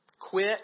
quit